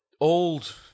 old